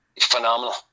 phenomenal